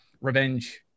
revenge